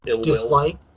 dislike